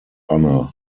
honour